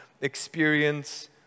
experience